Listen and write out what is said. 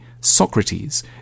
Socrates